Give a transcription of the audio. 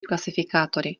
klasifikátory